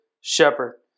shepherd